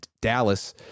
Dallas